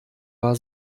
war